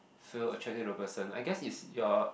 feel attached to the person I guess it's your